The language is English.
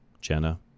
Jenna